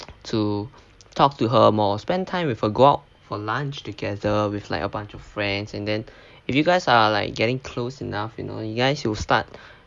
to talk to her more spend time with her go out for lunch together with like a bunch of friends and then if you guys are like getting close enough you know you guys will start